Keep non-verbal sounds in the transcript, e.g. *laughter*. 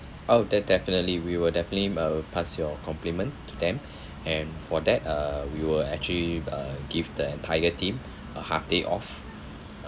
oh de~ definitely we will definitely uh pass your compliment to them *breath* and for that uh we will actually uh give the entire team *breath* a half day off